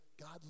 God